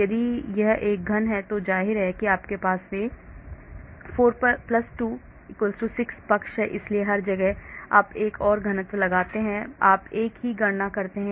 यदि यह एक घन है तो जाहिर है कि आपके पास इसके 4 2 6 पक्ष हैं इसलिए हर जगह आप एक और घन लगाते हैं और आप एक ही गणना करते हैं